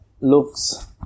looks